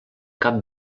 cap